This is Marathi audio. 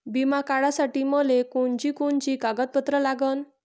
बिमा काढासाठी मले कोनची कोनची कागदपत्र लागन?